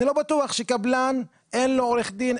אני לא בטול שקבלן אין לו עורך דין,